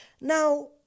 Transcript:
Now